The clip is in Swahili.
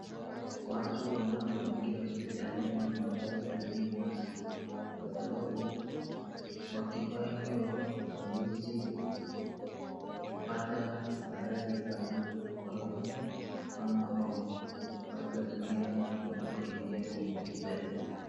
Watu wanapoingia hospitalini wanafaa watumie mask , kwa sababu, wakivaa hio hawawezi kupata maradhi kama corona ama homa. Watu watumie mask wanapoingia hospitalini.